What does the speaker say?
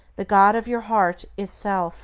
the god of your heart is self